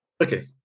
Okay